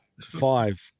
five